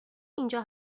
اینجا